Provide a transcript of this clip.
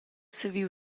saviu